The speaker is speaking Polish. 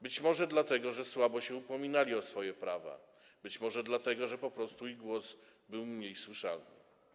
Być może dlatego, że słabo się upominali o swoje prawa, być może dlatego, że po prostu ich głos był mniej słyszalny.